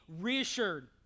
reassured